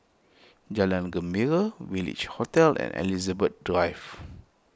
Jalan Gembira Village Hotel and Elizabeth Drive